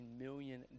million